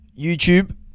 youtube